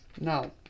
No